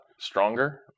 Stronger